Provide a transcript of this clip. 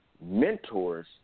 Mentors